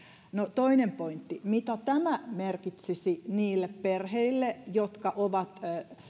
toinen pointti mitä tämä merkitsisi niille perheille jotka ovat